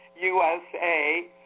USA